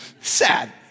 Sad